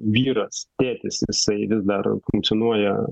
vyras tėtis jisai vis dar funkcionuoja